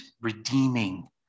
redeeming